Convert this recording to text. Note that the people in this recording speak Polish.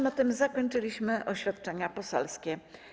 Na tym zakończyliśmy oświadczenia poselskie.